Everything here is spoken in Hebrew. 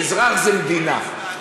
אזרח זה מדינה,